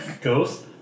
Ghost